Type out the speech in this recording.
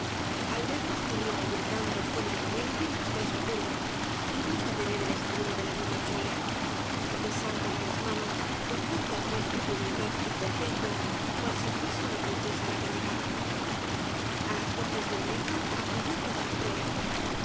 al vernos corrió ahuyentando con el rebenque la astrosa turba y vino á tener el estribo de la niña chole besándola las manos con tantas ns obras de valle inclan muestras de humildad y contento cual si fuese una princesa la que llegaba á las voces del negro acudió toda la prole